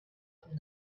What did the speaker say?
from